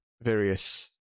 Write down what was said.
various